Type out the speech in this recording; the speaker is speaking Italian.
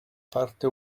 parte